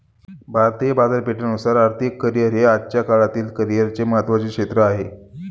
भारतीय बाजारपेठेनुसार आर्थिक करिअर हे आजच्या काळातील करिअरचे महत्त्वाचे क्षेत्र आहे